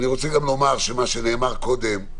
אני רוצה גם לומר שמה שנאמר קודם,